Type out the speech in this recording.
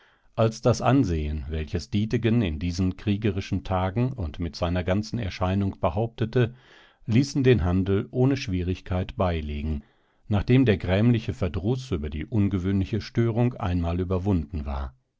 als das ansehen welches dietegen in diesen kriegerischen tagen und mit seiner ganzen erscheinung behauptete ließen den handel ohne schwierigkeit beilegen nachdem der grämliche verdruß über die ungewöhnliche störung einmal überwunden war